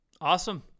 Awesome